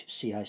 CIC